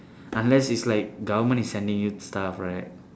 unless it's like government is sending you stuff right